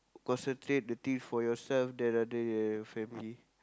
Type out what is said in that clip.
concentrate the things for yourself than rather than your family